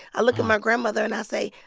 i look at my grandmother and i say,